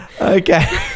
Okay